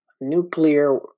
nuclear